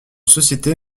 société